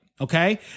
Okay